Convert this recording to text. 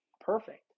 Perfect